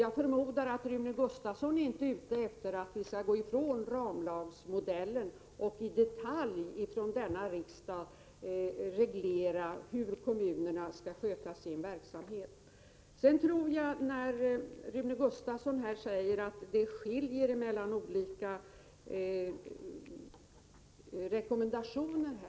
Jag förmodar att Rune Gustavsson inte menar att vi skall gå ifrån ramlagsmodellen och att riksdagen i detalj skall reglera hur kommunerna skall sköta sin verksamhet. Rune Gustavsson säger att det skiljer mellan olika rekommendationer i detta sammanhang.